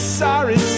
sorry